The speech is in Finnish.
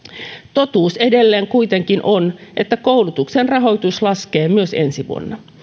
totuus edelleen kuitenkin on että koulutuksen rahoitus laskee myös ensi vuonna